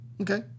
Okay